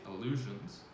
illusions